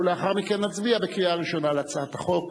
ולאחר מכן נצביע בקריאה ראשונה על הצעת החוק,